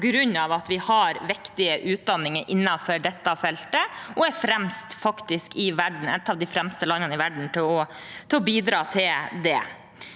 vi har viktige utdanninger innenfor dette feltet og er et av de fremste landene i verden når det gjelder å bidra til det.